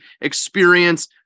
experience